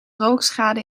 rookschade